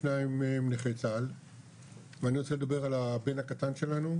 שניים מהם נכי צה"ל ואני רוצה לדבר על הבן הקטן שלנו,